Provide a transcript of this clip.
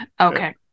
Okay